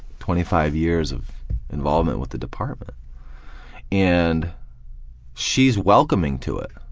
twenty five years of involvement with the department and she's welcoming to it,